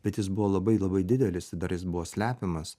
bet jis buvo labai labai didelis ir dar jis buvo slepiamas